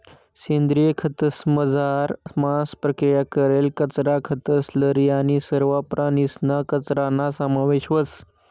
सेंद्रिय खतंसमझार मांस प्रक्रिया करेल कचरा, खतं, स्लरी आणि सरवा प्राणीसना कचराना समावेश व्हस